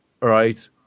right